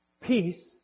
peace